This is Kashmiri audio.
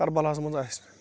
کربلاہس منٛز آسہِ نہٕ